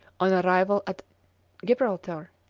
on arrival at gibraltar,